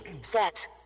set